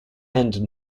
and